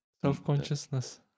self-consciousness